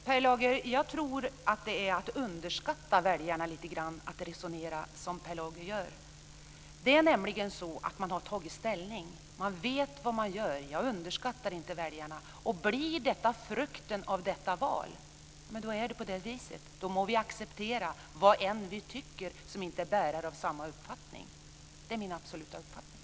Fru talman! Jag tror att det är att underskatta väljarna lite grann att resonera som Per Lager gör. Det är nämligen så att man har tagit ställning. Man vet vad man gör, jag underskattar inte väljarna. Blir detta frukten av detta val, då är det på det viset, och då må vi acceptera vad än vi tycker som inte är bärare av samma uppfattning. Det är min absoluta uppfattning.